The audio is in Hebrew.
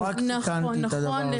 נכון.